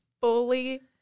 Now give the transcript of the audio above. fully